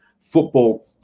football